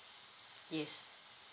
yes